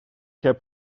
heb